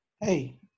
Hey